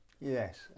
yes